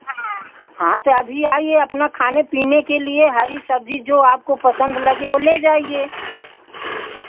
हाँ तो अभी आइए अपना खाने पीने के लिए हरी सब्जी जो आपको पसंद लगे वो ले जाइए